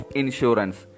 insurance